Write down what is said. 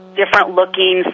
different-looking